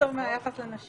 כן, יותר טוב מהיחס לנשים.